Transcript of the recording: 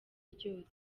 ryose